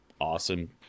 awesome